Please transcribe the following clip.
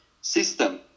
system